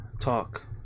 talk